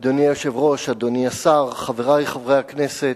אדוני היושב-ראש, אדוני השר, חברי חברי הכנסת,